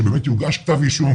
שבאמת יוגש כתב אישום,